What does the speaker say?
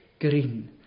green